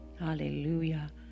hallelujah